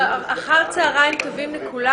אחר צהרים טובים לכולם.